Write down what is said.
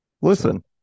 listen